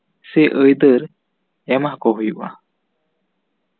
ᱥᱮ ᱟᱹᱭᱫᱟᱹᱨ ᱮᱢᱟ ᱠᱚ ᱦᱩᱭᱩᱜᱼᱟ